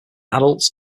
adults